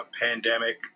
pandemic